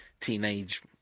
teenage